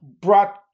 brought